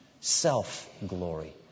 self-glory